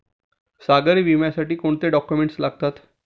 सागरी विम्यासाठी कोणते डॉक्युमेंट्स लागतात?